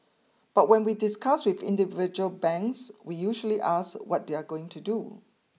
but when we discuss with individual banks we usually ask what they are going to do